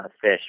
fish